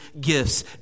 gifts